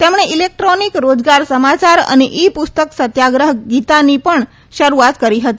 તેમકો electronic રોજગાર સમાચાર અને ઇ પુસ્તક સત્યાગ્રહ ગીતાની પજ્ઞ શરૂઆત કરી હતી